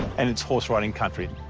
and it's horse-riding country.